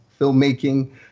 filmmaking